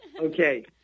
Okay